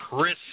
Chris